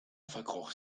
verkroch